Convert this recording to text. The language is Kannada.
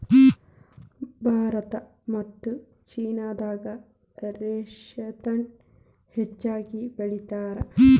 ಭಾರತಾ ಮತ್ತ ಚೇನಾದಾಗ ರೇಶ್ಮಿನ ಹೆಚ್ಚಾಗಿ ಬೆಳಿತಾರ